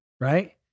right